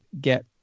get